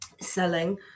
selling